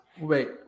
Wait